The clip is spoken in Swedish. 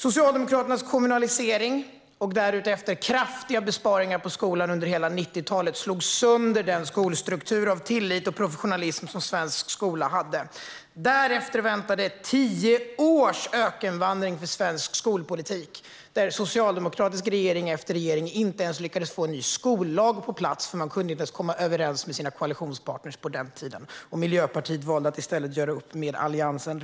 Socialdemokraternas kommunalisering och därefter kraftiga besparingar på skolan under hela 90-talet slog sönder den skolstruktur av tillit och professionalism som svensk skola hade. Därefter väntade tio års ökenvandring för svensk skolpolitik där socialdemokratisk regering efter regering inte ens lyckades få en ny skollag på plats. Man kunde inte ens komma överens med sina koalitionspartner på den tiden. Miljöpartiet valde redan då att i stället göra upp med Alliansen.